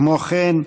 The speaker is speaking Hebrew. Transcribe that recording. כמו כן,